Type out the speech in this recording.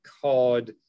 called